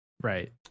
Right